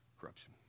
Corruption